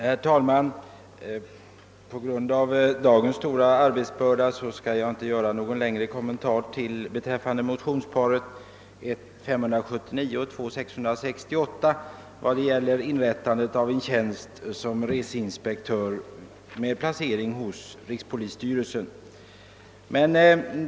Herr talman! På grund av dagens stora arbetsbörda skall jag inte göra någon längre kommentar beträffande motionsparet I: 579 och 11: 668 som gäller inrättandet av en tjänst som reseinspektör med placering hos rikspolisstyrelsen.